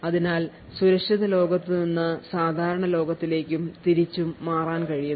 അതിനാൽ സുരക്ഷിത ലോകത്ത് നിന്ന് സാധാരണ ലോകത്തിലേക്കും തിരിച്ചും മാറാൻ കഴിയുന്നു